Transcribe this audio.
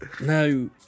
no